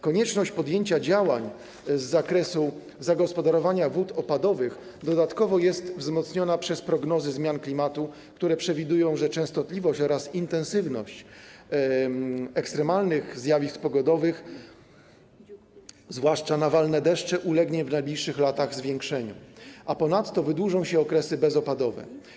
Konieczność podjęcia działań z zakresu zagospodarowania wód opadowych dodatkowo jest wzmocniona przez prognozy zmian klimatu, które przewidują, że częstotliwość oraz intensywność ekstremalnych zjawisk pogodowych, chodzi zwłaszcza o nawalne deszcze, ulegnie w najbliższych latach zwiększeniu, a ponadto wydłużą się okresy bezopadowe.